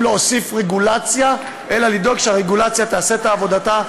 להוסיף רגולציה אלא לדאוג שהרגולציה תעשה את עבודתה,